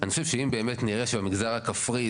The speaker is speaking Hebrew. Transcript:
אני חושב שאם באמת נראה שהמגזר הכפרי,